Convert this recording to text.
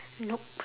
nope